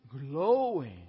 glowing